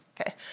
okay